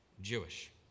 Jewish